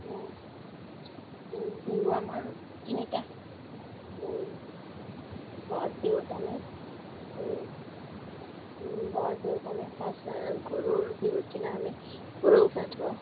বিহু আমাৰ তিনিটা বহাগ বিহুত আমি বহাগ বিহুত আমি ফাৰ্চ গৰুৰ বিহুৰ দিনা আমি গৰু গা ধোৱাওঁ